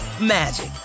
magic